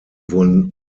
wurden